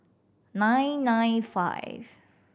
nine nine five